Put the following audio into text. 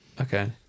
Okay